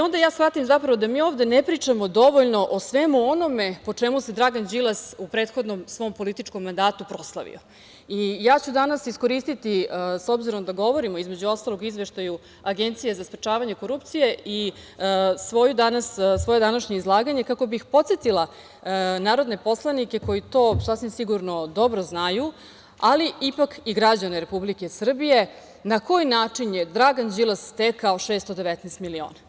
Onda ja shvatim zapravo da mi ovde ne pričamo dovoljno o svemu onome po čemu se Dragan Đilas u prethodnom svom političkom mandatu proslavio i ja ću danas iskoristiti, s obzirom da govorimo, između ostalog o izveštaju Agencije za sprečavanje korupcije, i svoje današnje izlaganje kako bih podsetila narodne poslanike, koji to sasvim sigurno dobro znaju, ali ipak i građane Republike Srbije, na koji način je Dragan Đilas stekao 619 miliona.